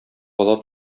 бала